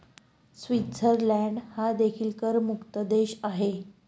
Switzerland हा देखील करमुक्त देश आहे